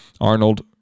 Arnold